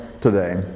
today